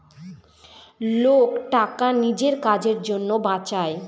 লোক টাকা নিজের কাজের জন্য বাঁচায়